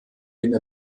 den